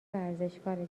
ورزشکاره